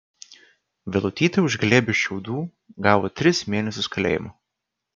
vilutytė už glėbį šiaudų gavo tris mėnesius kalėjimo